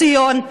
ציון,